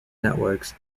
networks